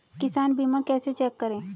किसान बीमा कैसे चेक करें?